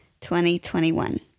2021